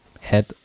head